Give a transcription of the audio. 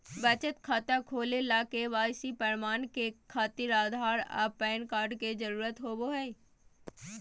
बचत खाता खोले ला के.वाइ.सी प्रमाण के खातिर आधार आ पैन कार्ड के जरुरत होबो हइ